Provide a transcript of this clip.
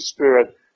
Spirit